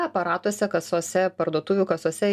aparatuose kasose parduotuvių kasose